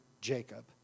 Jacob